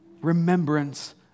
remembrance